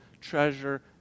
treasure